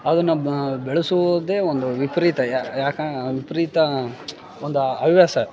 ಅದನ್ನ ಬೆಳೆಸುವುದೇ ಒಂದು ವಿಪರೀತ ಯಾಕೆ ಆ ವಿಪರೀತ ಒಂದು ಹವ್ಯಾಸ